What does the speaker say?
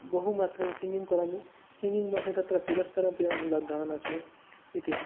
बहु मात्रेण सिङ्गिङ् करोमि सिङ्गिङ् मध्ये तत्र पुरस्कारमपि अहं लब्धवान् अस्मि इति